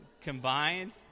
combined